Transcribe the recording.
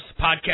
podcast